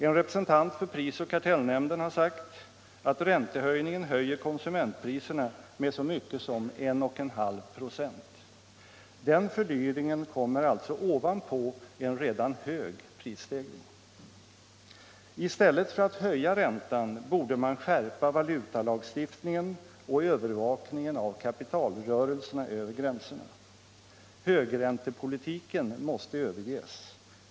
En representant för prisoch kartellnämnden har sagt att räntehöjningen pressar upp konsumentpriserna med så mycket som 1 1/2"o. Den fördyringen kommer alltså ovanpå en redan hög prisstegring. I stället för att höja räntan borde man skärpa valutalagstiftningen och övervakningen av kapitalrörelserna över gränserna. Högräntepolitiken måste överges.